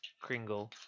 Kringle